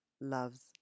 loves